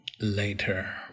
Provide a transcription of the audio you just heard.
later